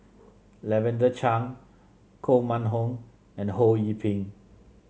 Lavender Chang Koh Mun Hong and Ho Yee Ping